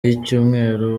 y’icyumweru